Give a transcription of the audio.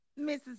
mrs